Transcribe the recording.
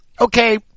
okay